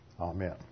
Amen